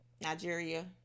nigeria